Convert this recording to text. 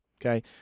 Okay